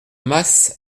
mas